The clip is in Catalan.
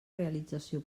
realització